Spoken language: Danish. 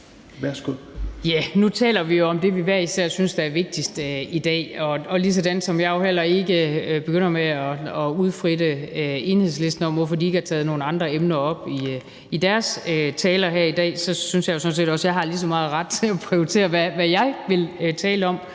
nu taler vi jo om det, vi hver især synes er vigtigst i dag. Og ligesom jeg jo heller ikke begynder med at udfritte Enhedslisten om, hvorfor de ikke har taget nogle andre emner op i deres taler her i dag, synes jeg sådan set også, jeg har lige så meget ret til at prioritere, hvad jeg vil tale om.